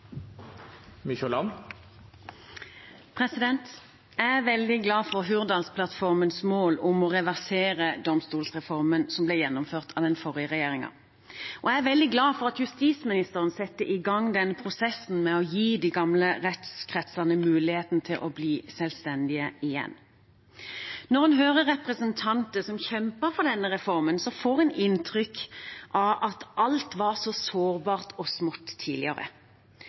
Jeg er veldig glad for Hurdalsplattformens mål om å reversere domstolsreformen som ble gjennomført av den forrige regjeringen, og jeg er veldig glad for at justisministeren setter i gang prosessen med å gi de gamle rettskretsene muligheten til å bli selvstendige igjen. Når en hører representanter som kjemper for denne reformen, får en inntrykk av at alt var så sårbart og smått tidligere.